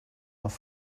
nach